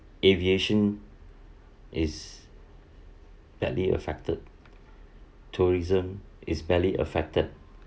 aviation is badly affected tourism is badly affected